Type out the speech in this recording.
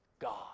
God